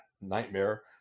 nightmare